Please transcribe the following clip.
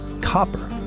copper,